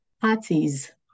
Parties